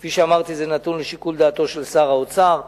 כפי שאמרתי, זה נתון לשיקול דעתו של שר האוצר.